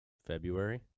February